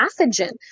pathogen